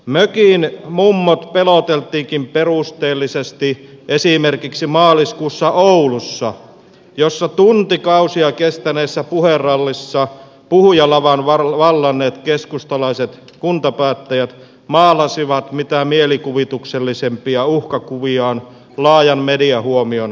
mökin mummot peloteltiinkin perusteellisesti esimerkiksi maaliskuussa oulussa jossa tuntikausia kestäneessä puherallissa puhujalavan vallanneet keskustalaiset kuntapäättäjät maalasivat mitä mielikuvituksellisimpia uhkakuviaan laajan mediahuomion keskipisteessä